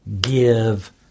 give